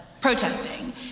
protesting